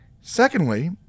secondly